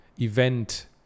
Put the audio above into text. event